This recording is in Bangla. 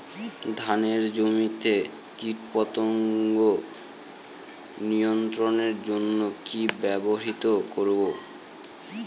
ধানের জমিতে কীটপতঙ্গ নিয়ন্ত্রণের জন্য কি ব্যবহৃত করব?